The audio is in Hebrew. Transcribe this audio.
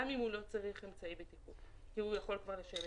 גם אם הוא לא צריך אמצעי בטיחות כי הוא יכול כבר לשבת